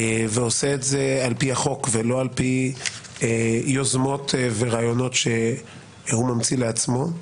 ועושה את זה על פי החוק ולא על פי יוזמות ורעיונות שהוא ממציא לעצמו,